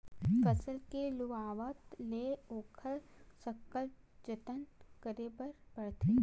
फसल के लुवावत ले ओखर सकला जतन करे बर परथे